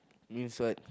inside